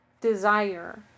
desire